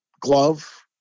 glove